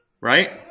right